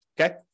okay